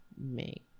make